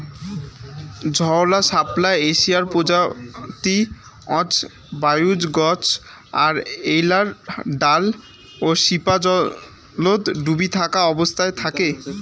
ধওলা শাপলা এশিয়ার প্রজাতি অজরায়ুজ গছ আর এ্যাইলার ডাল ও শিপা জলত ডুবি থাকা অবস্থাত থাকে